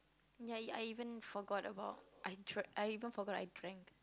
ya I even forgot about I drank I even forgot I drank